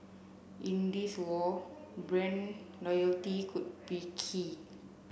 in this war brand loyalty could be key